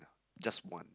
just one